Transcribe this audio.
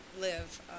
live